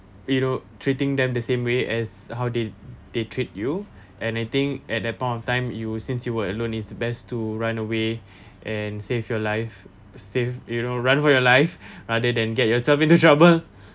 it'll treating them the same way as how they they treat you anything at that point of time you since you were alone is the best to run away and save your life saved you know run for your life rather than get yourself into trouble